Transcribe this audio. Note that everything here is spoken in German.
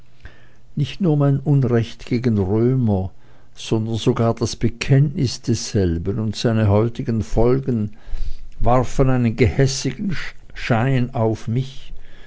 nicht nur mein unrecht gegen römer sondern sogar das bekenntnis desselben und seine heutigen folgen warfen einen gehässigen schein auf mich